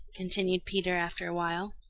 continued peter after a while.